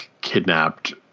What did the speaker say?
kidnapped